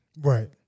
Right